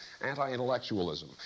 anti-intellectualism